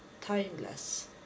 timeless